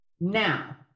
Now